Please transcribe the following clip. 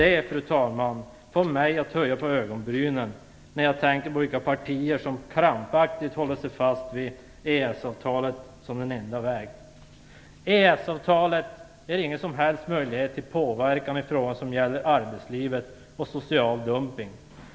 Det, fru talman, får mig att höja på ögonbrynen när jag tänker på vilka partier som krampaktigt håller fast vid EES-avtalet som den enda vägen. EES-avtalet ger ingen som helst möjlighet till påverkan i frågor som gäller arbetslivet och social dumpning.